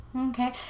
Okay